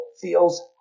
feels